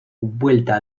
vuelta